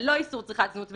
ולא איסור צריכת זנות.